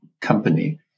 company